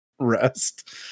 rest